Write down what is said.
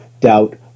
doubt